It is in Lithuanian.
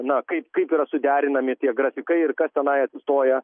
na kaip kaip yra suderinami tie grafikai ir kas tenai atsistoja